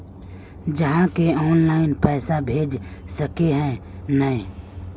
आहाँ के ऑनलाइन पैसा भेज सके है नय?